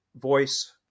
voice